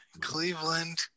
Cleveland